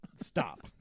Stop